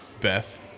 Beth